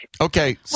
Okay